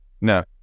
No